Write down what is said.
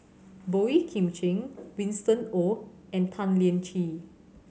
Boey Kim Cheng Winston Oh and Tan Lian Chye